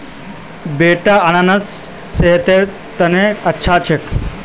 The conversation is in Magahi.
बेटा अनन्नास खाना सेहतेर तने अच्छा हो छेक